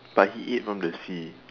but he ate from the sea